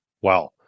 Wow